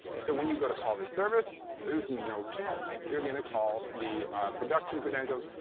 so when you go to call this service, there's no chance you're going to call the production credentials.